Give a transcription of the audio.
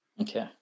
Okay